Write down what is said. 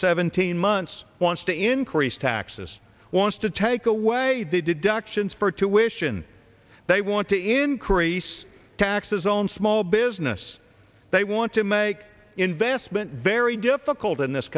seventeen months wants to increase taxes wants to take away deductions for two wishin they want to increase taxes on small business they want to make investment very difficult in this